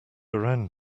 around